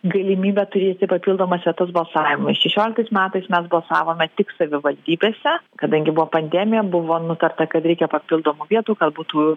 galimybę turėti papildomas vietas balsavimui šešioliktais metais mes balsavome tik savivaldybėse kadangi buvo pandemija buvo nutarta kad reikia papildomų vietų kad būtų